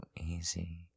easy